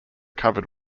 covered